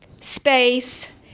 space